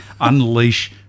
unleash